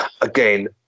again